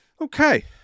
Okay